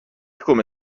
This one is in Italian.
come